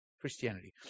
Christianity